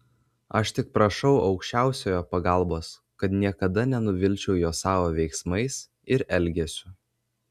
aš tik prašau aukščiausiojo pagalbos kad niekada nenuvilčiau jo savo veiksmais ir elgesiu